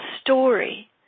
story